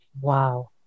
Wow